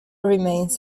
remains